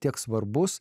tiek svarbus